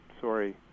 sorry